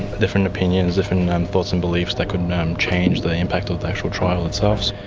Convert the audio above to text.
different opinions, different thoughts and beliefs that could change the impact of the actual trial itself.